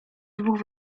dwóch